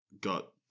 got